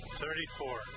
thirty-four